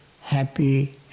happy